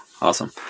Awesome